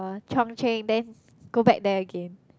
Chung-Cheng then go back there again